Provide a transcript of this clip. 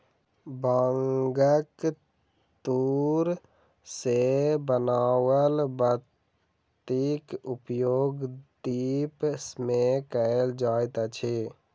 बांगक तूर सॅ बनाओल बातीक उपयोग दीप मे कयल जाइत अछि